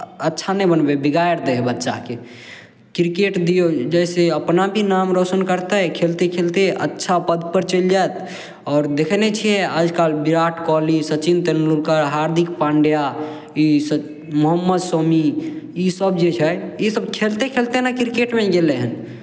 अच्छा नहि बनबै हइ बिगाड़ि दै हइ बच्चाकेँ क्रिकेट दियौ जाहिसँ अपना भी नाम रोशन करतै खेलिते खेलिते अच्छा पदपर चलि जायत आओर देखै नहि छियै आजकल विराट कोहली सचिन तेंदुलकर हार्दिक पांड्या ई मोहम्मद शमी इसभ जे छै इसभ खेलिते खेलिते ने क्रिकेटमे गेलै हन